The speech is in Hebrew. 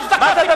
חבר הכנסת טיבי,